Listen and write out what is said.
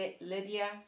Lydia